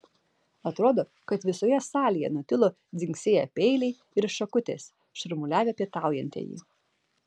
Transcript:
atrodo kad visoje salėje nutilo dzingsėję peiliai ir šakutės šurmuliavę pietaujantieji